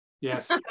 yes